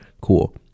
cool